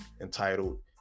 entitled